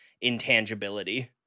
intangibility